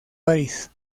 parís